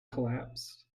collapsed